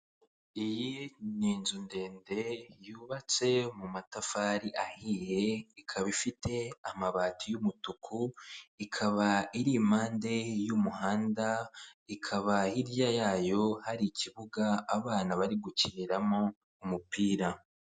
Iyi ni inzu ndende y'ubatse mu matafari ahiye ikaba ifite amabati y'umutuku, ikaba iri impande y'umuhanda, ikaba hirya yayo hari ikibuga abana bari gukiniramo umupira.